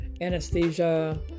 anesthesia